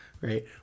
Right